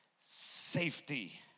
safety